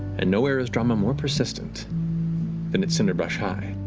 and nowhere is drama more persistent than at cinderbrush high.